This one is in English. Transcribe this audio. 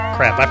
Crap